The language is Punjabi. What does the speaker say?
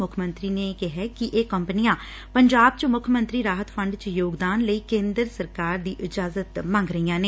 ਮੁੱਖ ਮੰਤਰੀ ਨੇ ਕਿਹੈ ਕਿ ਇਹ ਕੰਪਨੀਆਂ ਪੰਜਾਬ ਚ ਮੁੱਖ ਮੰਤਰੀ ਰਾਹਤ ਫੰਡ ਚ ਯੋਗਦਾਨ ਲਈ ਕੇ ਂਦਰੀ ਸਰਕਾਰ ਦੀ ਇਜ਼ਾਜਤ ਮੰਗ ਰਹੀਆਂ ਨੇ